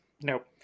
Nope